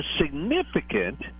significant